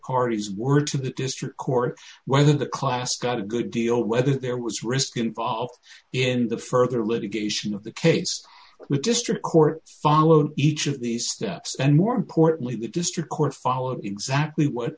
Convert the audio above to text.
cards were to the district court whether the class got a good deal whether there was risk involved in the further litigation of the case the district court followed each of these steps and more importantly the district court followed exactly what